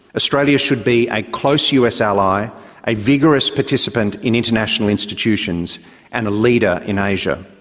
australia should be a close us ally a vigorous participant in international institutions and a leader in asia.